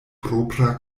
propra